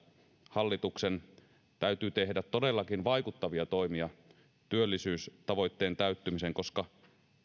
hallituksen täytyy todellakin tehdä vaikuttavia toimia työllisyystavoitteen täyttymiseksi koska